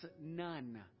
none